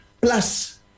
Plus